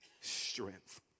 strength